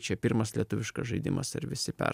čia pirmas lietuviškas žaidimas ir visi per